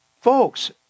Folks